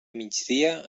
migdia